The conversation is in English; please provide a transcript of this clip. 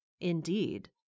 indeed